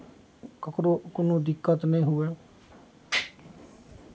ककरो कोनो दिक्कत नहि हुए